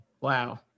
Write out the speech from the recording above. wow